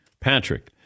Patrick